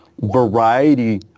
variety